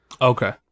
Okay